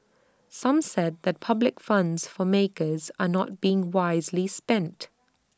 some said that public funds for makers are not being wisely spent